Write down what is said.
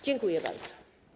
Dziękuję bardzo.